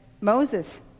Moses